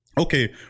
Okay